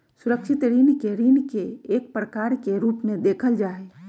सुरक्षित ऋण के ऋण के एक प्रकार के रूप में देखल जा हई